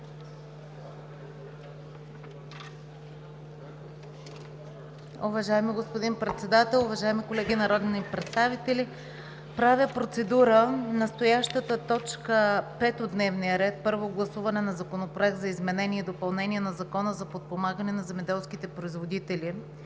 Уважаеми господин Председател, уважаеми колеги народни представители! Правя процедура. Настоящата точка пета от дневния ред – Първо гласуване на Законопроекта за изменение и допълнение на Закона за подпомагане на земеделските производители,